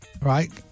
right